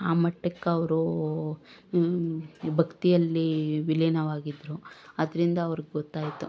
ಆ ಮಟ್ಟಕ್ಕೆ ಅವ್ರು ಭಕ್ತಿಯಲ್ಲಿ ವಿಲೀನವಾಗಿದ್ರು ಅದರಿಂದ ಅವ್ರ್ಗೆ ಗೊತ್ತಾಯ್ತು